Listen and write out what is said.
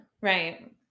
Right